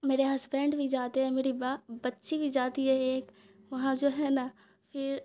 میرے ہسبینڈ بھی جاتے ہیں میری بچی بھی جاتی ہے ایک وہاں جو ہے نا پھر